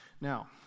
Now